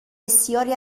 بسیاری